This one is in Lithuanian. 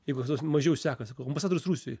jeigu mažiau sekasi sakau ambasadorius rusijoj